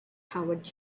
howard